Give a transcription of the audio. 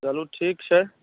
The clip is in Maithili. चलु ठीक छै